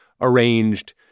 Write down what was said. arranged